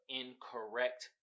incorrect